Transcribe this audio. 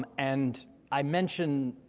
um and i mention,